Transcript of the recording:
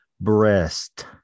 Breast